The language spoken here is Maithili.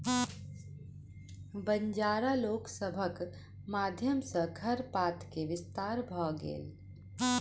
बंजारा लोक सभक माध्यम सॅ खरपात के विस्तार भ गेल